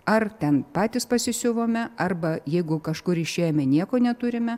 ar ten patys pasisiuvome arba jeigu kažkur išėjome nieko neturime